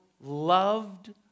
loved